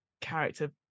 character